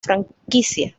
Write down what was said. franquicia